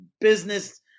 business